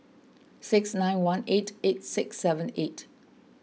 six nine one eight eight six seven eight